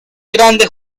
grande